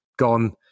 gone